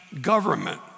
government